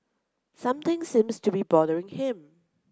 something seems to be bothering him